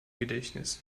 gedächtnis